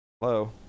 Hello